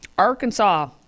Arkansas